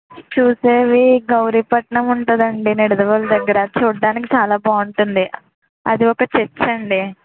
చూసేవి గౌరీపట్నం ఉంటుందండి నిడదవోలు దగ్గర చూడటానికి చాలా బాగుంటుంది అది ఒక చర్చ్ అండి